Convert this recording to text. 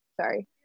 sorry